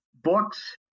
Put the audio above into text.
Books